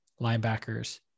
linebackers